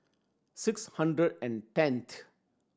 six hundred and tenth